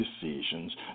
decisions